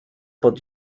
pod